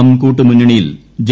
M കൂട്ടുമുന്നണിയിൽ J